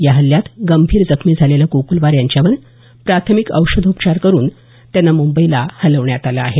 या हल्ल्यात गंभीर जखमी झालेल्या कोकुलवार यांच्यावर प्राथमिक औषधोपचार करून त्यांना मुंबईला हलवण्यात आलं आहे